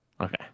Okay